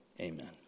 Amen